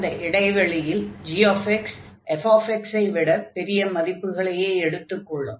அந்த இடைவெளியில் gx fx ஐ விட பெரிய மதிப்புகளையே எடுத்துக் கொள்ளும்